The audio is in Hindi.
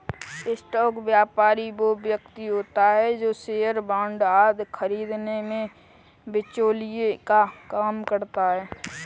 स्टॉक व्यापारी वो व्यक्ति होता है जो शेयर बांड आदि खरीदने में बिचौलिए का काम करता है